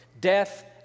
death